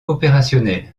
opérationnels